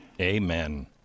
Amen